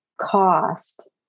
cost